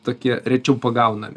tokie rečiau pagaunami